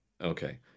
Okay